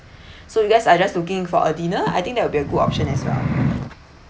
so you guys are just looking for a dinner I think that will be a good option as well